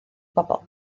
bobl